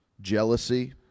jealousy